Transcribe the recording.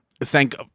thank